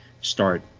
start